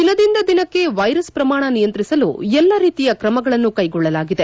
ದಿನದಿಂದ ದಿನಕ್ಕೆ ವೈರಸ್ ಪ್ರಮಾಣ ನಿಯಂತ್ರಿಸಲು ಎಲ್ಲ ರೀತಿಯ ಕ್ರಮಗಳನ್ನು ಕೈಗೊಳ್ಳಲಾಗಿದೆ